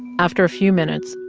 after a few minutes,